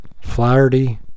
Flaherty